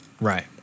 Right